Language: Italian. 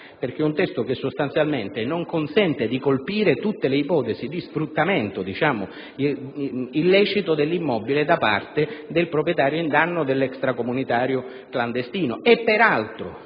di un testo che sostanzialmente non consente di colpire tutte le ipotesi di sfruttamento illecito dell'immobile da parte del proprietario in danno dell'extracomunitario clandestino,